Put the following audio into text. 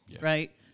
right